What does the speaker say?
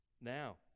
Now